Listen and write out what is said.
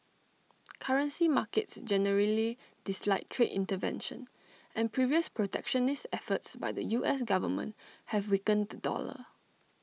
currency markets generally dislike trade intervention and previous protectionist efforts by the U S Government have weakened the dollar